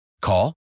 Call